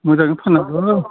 मोजाङै फाननांगौ